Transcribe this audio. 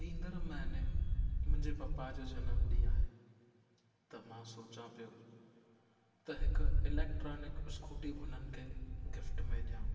ईंदड़ महीने मुंहिंजे पप्पा जो जनमु ॾींहुं आहे त मां सोचियां पियो त हिक इलेक्ट्रोनिक स्कूटी हुननि खे गिफ़्ट में ॾियां